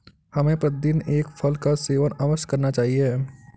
हमें प्रतिदिन एक फल का सेवन अवश्य करना चाहिए